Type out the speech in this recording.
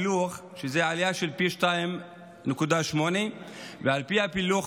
זו עלייה של פי 2.8. על פי הפילוח,